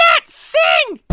let's sing.